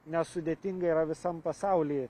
nesudėtinga yra visam pasauly